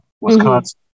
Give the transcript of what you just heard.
Wisconsin